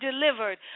delivered